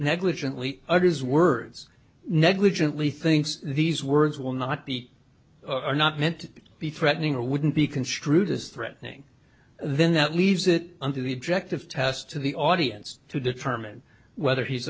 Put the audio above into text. negligently utters words negligently thinks these words will not be are not meant to be threatening or wouldn't be construed as threatening then that leaves it under the objective test to the audience to determine whether he's